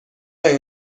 این